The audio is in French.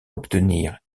obtenir